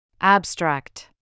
Abstract